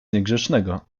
niegrzecznego